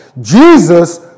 Jesus